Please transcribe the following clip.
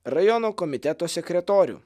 rajono komiteto sekretorių